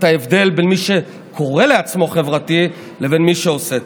ההבדל בין מי שקורא לעצמו חברתי לבין מי שעושה.